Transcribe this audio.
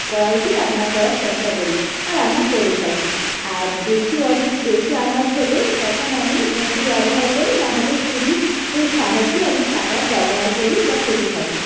কড়াইতে রান্না করার চেষ্টা করি বা রান্না করে থাকি আর বেশি অনেক বেশি আনাজ হলেই তখন আমি বোঁটি ব্যবহার করি নাহলে ছুরি সাহায্যেই আমি কাটার ব্যবহার করি বা কেটে থাকি